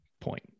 point